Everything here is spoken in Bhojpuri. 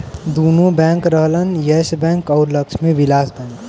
दुन्नो बैंक रहलन येस बैंक अउर लक्ष्मी विलास बैंक